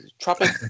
tropic